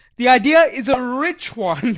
the idea is a rich one.